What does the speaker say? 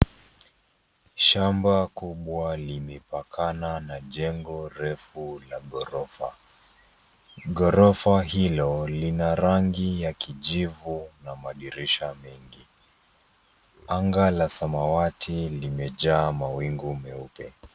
Shamba kubwa limepanana na jengo refu la ghorofa. Ghorofa hilo lina rangi ya kijivu na madirisha mengi. Anga la samawati limejaa mawingu meupe.